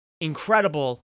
incredible